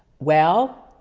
well,